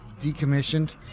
Decommissioned